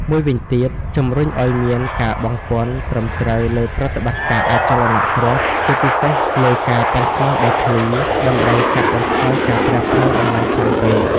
មួយវិញទៀត ជំរុញឲ្យមានការបង់ពន្ធត្រឹមត្រូវលើប្រតិបត្តិការអចលនទ្រព្យ ជាពិសេសលើការ ប៉ាន់ស្មានដីធ្លី ដើម្បីកាត់បន្ថយការប្រែប្រួលតម្លៃខ្លាំងពេក។